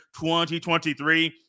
2023